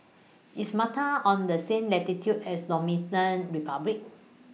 IS Malta on The same latitude as Dominican Republic